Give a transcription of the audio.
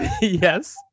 yes